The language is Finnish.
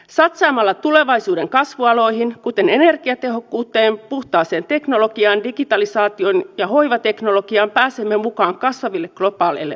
satsaamalla tulevaisuuden kasvualoihin kuten energiatehokkuuteen puhtaaseen teknologiaan digitalisaatioon ja hoivateknologiaan pääsemme mukaan kasvaville globaaleille vientimarkkinoille